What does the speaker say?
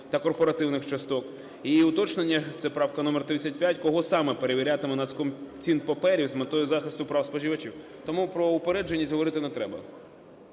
та корпоративних частот; і уточнення – це правка номер 35 – кого саме перевірятиме Нацкомцінпаперів з метою захисту прав споживачів. Тому про упередженість говорити не треба.